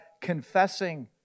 confessing